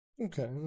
Okay